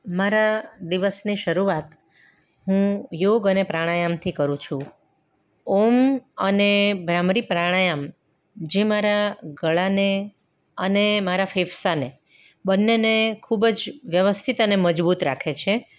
મારા દિવસની શરૂઆત હું યોગ અને પ્રાણાયામથી કરું છું ઓમ અને ભ્રામરી પ્રાણાયામ જે મારા ગળાને અને મારા ફેફસાને બંનેને ખૂબ જ વ્યવસ્થિત અને મજબૂત રાખે છે